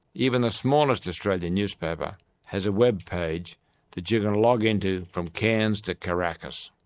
even the smallest australian newspaper has a web page that you can log in to from cairns to caracas.